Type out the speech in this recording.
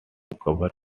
cover